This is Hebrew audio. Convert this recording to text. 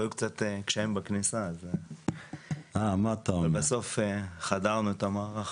היו קצת קשיים בכניסה, אבל בסוף חדרנו את המערך